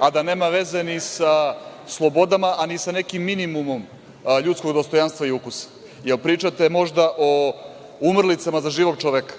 a da nema veze ni sa slobodama a ni sa nekim minimumom ljudskog dostojanstva i ukusa? Jel pričate možda o umrlicama za živog čoveka?